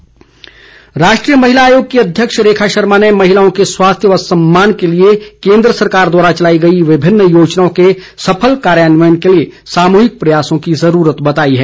कार्यशाला राष्ट्रीय महिला आयोग की अध्यक्ष रेखा शर्मा ने महिलाओं के स्वास्थ्य व सम्मान के लिए केन्द्र सरकार द्वारा चलाई गई विभिन्न योजनाओं के सफल कार्यान्वयन के लिए सामूहिक प्रयासों की जरूरत बताई है